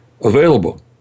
available